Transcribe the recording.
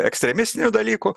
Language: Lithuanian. ekstremistinių dalykų